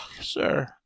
sir